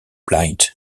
blythe